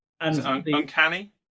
Uncanny